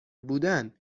بودن